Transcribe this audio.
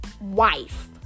wife